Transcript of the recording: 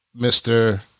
Mr